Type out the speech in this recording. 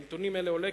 מנתונים אלה עולה,